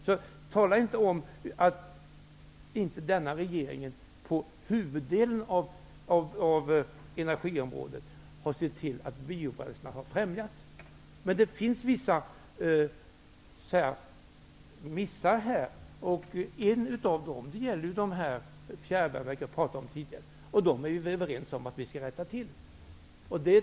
Man skall därför inte tala om att denna regering inte på huvuddelen av energiområdet har sett till att biobränslena har främjats. Det har gjorts vissa missar i detta sammanhang. En av dem gäller de fjärrvärmeverk som jag tidigare talade om. Men vi är ju överens om att vi skall rätta till dem.